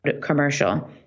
commercial